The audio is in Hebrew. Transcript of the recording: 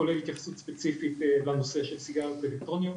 כולל התייחסות ספציפית לנושא של סיגריות אלקטרוניות